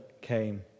came